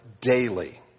daily